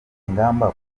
ngamba